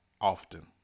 often